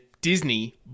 Disney